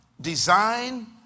design